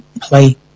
play